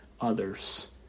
others